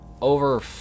over